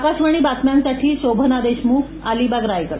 आकाशवाणी बातम्यांसाठी शोभना देशमुख अलिबाग रायगड